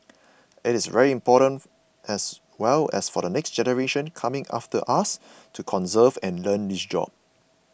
it is very important as well for the next generation coming after us to conserve and learn this job